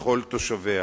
לכל תושביה.